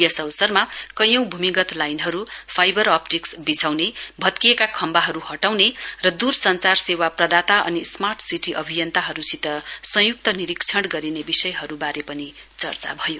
यस अवसरमा कयौं भूमिगत लाइनहरू फाइबर अपटिक्स विछाउने भत्किएका खम्बाहरू हटाउने र दुरंसचार सेवा प्रदाता अनि स्मार्ट सिटी अभियन्ताहरूसित संयुक्त निरीक्षण गरिने विषयहरूबारे पनि चर्चा भयो